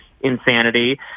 insanity